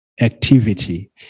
activity